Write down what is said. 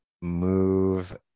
move